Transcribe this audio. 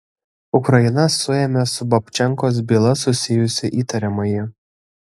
ukraina suėmė su babčenkos byla susijusį įtariamąjį